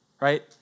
right